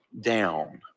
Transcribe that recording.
down